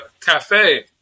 cafe